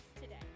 today